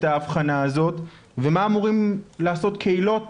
ההבחנה הזאת ומה אמורים לעשות מגזרים או קהילות